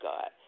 God